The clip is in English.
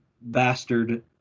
bastard